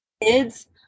kids